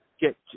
get